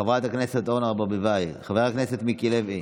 חברת הכנסת אורנה ברביבאי, חבר הכנסת מיקי לוי.